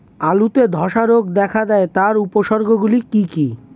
আলুতে ধ্বসা রোগ দেখা দেয় তার উপসর্গগুলি কি কি?